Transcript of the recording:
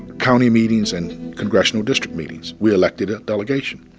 county meetings and congressional district meetings, we elected a delegation.